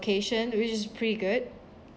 location which is pretty good